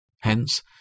Hence